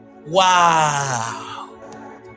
Wow